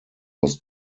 was